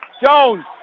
Jones